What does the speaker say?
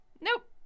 nope